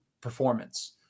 performance